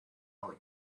hoy